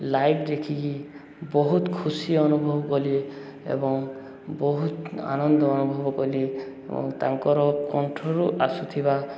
live ଦେଖିକି ବହୁତ ଖୁସି ଅନୁଭବ କଲେ ଏବଂ ବହୁତ ଆନନ୍ଦ ଅନୁଭବ କଲି ଏବଂ ତାଙ୍କର କଣ୍ଠରୁ ଆସୁଥିବା